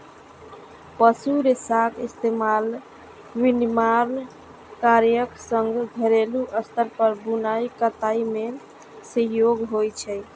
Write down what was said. पशु रेशाक इस्तेमाल विनिर्माण कार्यक संग घरेलू स्तर पर बुनाइ कताइ मे सेहो होइ छै